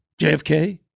jfk